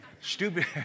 Stupid